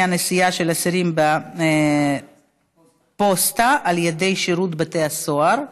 הנסיעה של האסירים בפוסטה של שירות בתי הסוהר,